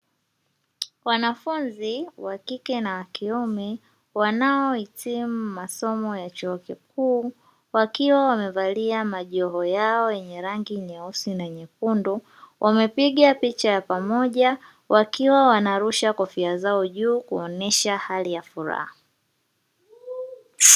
Wanawake na wanaume, wanao hitimu masomo ya chuo kikuu, wakiwa wamevalia majoho yao yenye rangi nyeusi na nyekundu, wamepiga picha ya pamoja, wakiwa wanarusha kofia zao juu kuonyesha hali ya furaha.